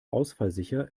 ausfallsicher